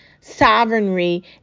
sovereignty